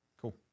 Cool